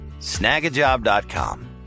snagajob.com